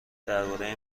درباره